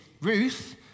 Ruth